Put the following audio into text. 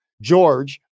George